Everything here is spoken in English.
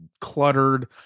cluttered